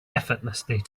effortlessly